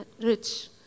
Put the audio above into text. rich